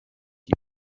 die